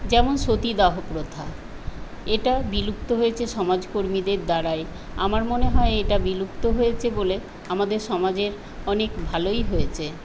যেমন সতীদাহ প্রথা এটা বিলুপ্ত হয়েছে সমাজকর্মীদের দ্বারাই আমার মনে হয় এটা বিলুপ্ত হয়েছে বলে আমাদের সমাজের অনেক ভালোই হয়েছে